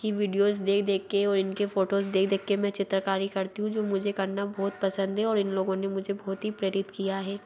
की विडियोज़ देख देख कर और इनके फोटोज़ देख देख कर मैं चित्रकारी करती हूँ जो मुझे करना बहुत पसंद है और इन लोगों ने मुझे बहुत ही प्रेरित किया है